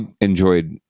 enjoyed